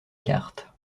carte